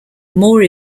more